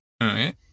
right